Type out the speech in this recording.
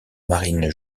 marine